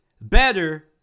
better